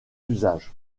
usages